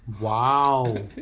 Wow